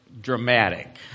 dramatic